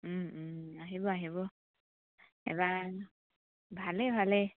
আহিব আহিব এবাৰ ভালে ভালে